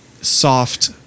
soft